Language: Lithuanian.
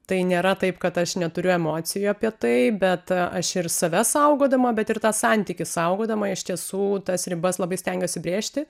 tai nėra taip kad aš neturiu emocijų apie tai bet aš ir save saugodama bet ir tą santykį saugodama iš tiesų tas ribas labai stengiuosi brėžti